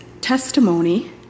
testimony